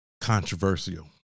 controversial